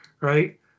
right